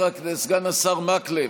סגן השר מקלב,